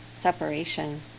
separation